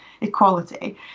equality